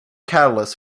catalyst